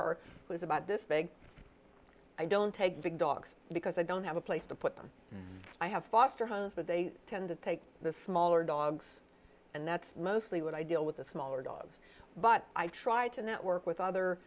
her was about this big i don't take big dogs because i don't have a place to put them i have foster homes but they tend to take the smaller dogs and that's mostly what i deal with the smaller dogs but i try to network with other